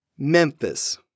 Memphis